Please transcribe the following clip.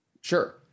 Sure